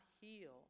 heal